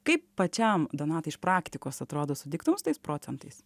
kaip pačiam donatai iš praktikos atrodo sutiktum su tais procentais